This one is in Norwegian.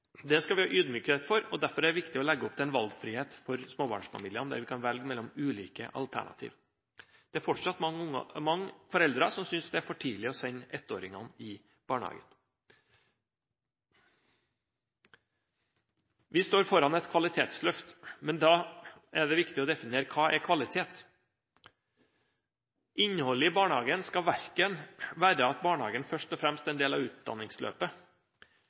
Det skal vi ha ydmykhet overfor, og derfor skal vi legge opp til en valgfrihet for småbarnsfamiliene, der de kan velge mellom ulike alternativ. Det er fortsatt mange foreldre som synes det er for tidlig å sende ettåringene i barnehagen. Vi står foran et kvalitetsløft. Men da er det viktig å definere: Hva er kvalitet? Innholdet i barnehagen skal ikke være at barnehagen først og fremst er en del av utdanningsløpet.